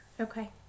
Okay